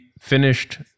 finished